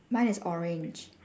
mine is orange